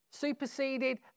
Superseded